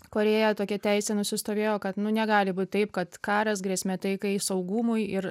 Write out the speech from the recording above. korėją tokia teisė nusistovėjo kad nu negali būt taip kad karas grėsmė taikai saugumui ir